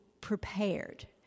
prepared